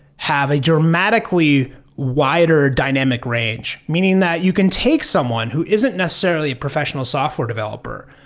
have a dramatically wider dynamic range. meaning that you can take someone who isn't necessarily a professional software developer,